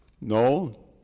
No